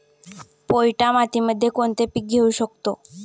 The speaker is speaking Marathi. पोयटा मातीमध्ये कोणते पीक घेऊ शकतो?